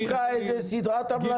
אני צריך ממך סדרת המלצות.